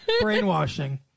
brainwashing